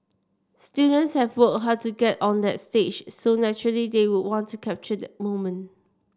students have worked hard to get on that stage so naturally they would want to capture the moment